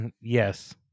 yes